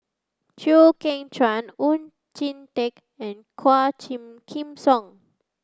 Chew Kheng Chuan Oon Jin Teik and Quah Tim Kim Song